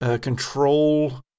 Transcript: control